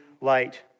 light